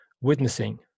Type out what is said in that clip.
Witnessing